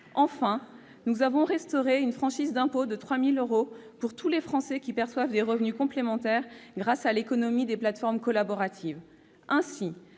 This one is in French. Nous avons restauré une franchise d'impôt de 3 000 euros pour tous les Français qui perçoivent des revenus complémentaires grâce à l'économie des plateformes collaboratives. Ainsi,